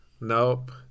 nope